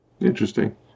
Interesting